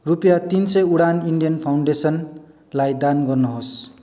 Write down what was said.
रुपियाँ तिन सय उडान इन्डियन फाउन्डेसनलाई दान गर्नुहोस्